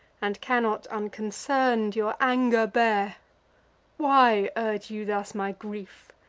and cannot, unconcern'd, your anger bear why urge you thus my grief?